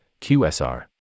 QSR